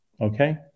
Okay